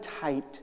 tight